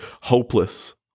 hopeless